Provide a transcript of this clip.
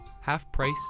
half-price